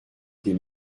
des